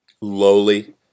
lowly